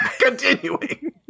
Continuing